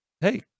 Hey